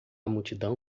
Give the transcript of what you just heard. multidão